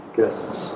guests